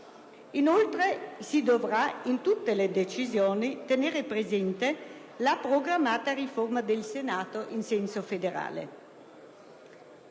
inoltre, in tutte le decisioni tener presente la programmata riforma del Senato in senso federale.